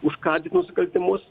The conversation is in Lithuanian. užkardyti nusikaltimus